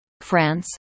France